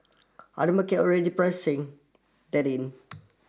are the market already pricing that in